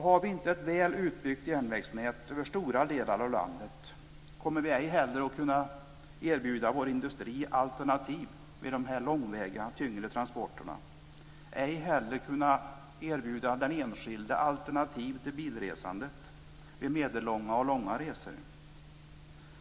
Har vi inte ett väl utbyggt järnvägsnät över stora delar av landet kommer vi inte heller att kunna erbjuda våra industrier alternativ med de långväga tyngre transporterna, ej heller erbjuda den enskilda alternativ till bilresandet vid medellånga och långa resor.